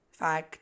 fag